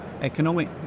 economic